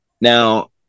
Now